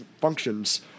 functions